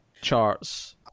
charts